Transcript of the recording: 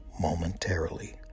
momentarily